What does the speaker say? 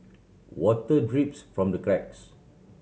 water drips from the cracks